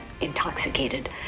intoxicated